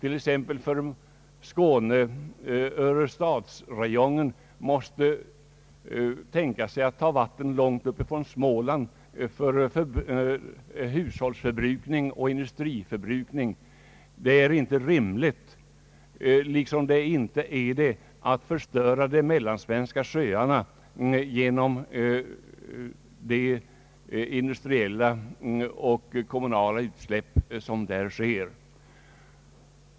I örestadsräjongen måste man nu ta vatten långt uppifrån Småland för hushållsoch industriförbrukning. Det är inte rimligt, och det är inte heller rimligt att förstöra de mellansvenska sjöarna genom industriella och kommunala utsläpp.